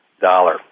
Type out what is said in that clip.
dollar